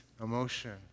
emotion